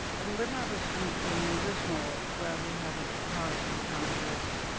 and when i was and in lismore, where we had a house in county waterford,